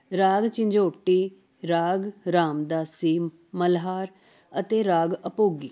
ਰਾਗ ਝੰਝੋਟੀ ਰਾਗ ਰਾਮਦਾਸੀ ਮਲਹਾਰ ਅਤੇ ਰਾਗ ਅਭੋਗੀ